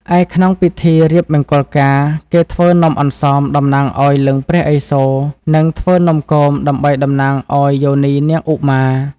ឯក្នុងពិធីរៀបមង្គលការ គេធ្វើនំអន្សមតំណាងឲ្យលិង្គព្រះឥសូរ និងធ្វើនំគមដើម្បីតំណាងឲ្យយោនីនាងឧមា។